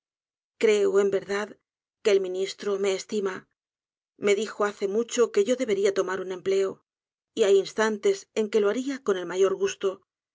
creo en verdad que el ministro me eslima me dijo hace mucho que yo debería tomar un empleo y hay instantes en que lo haria con el mayor gusto